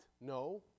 No